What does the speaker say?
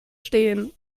stehen